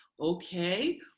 okay